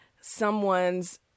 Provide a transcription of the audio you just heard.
someone's